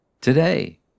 today